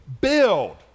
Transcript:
Build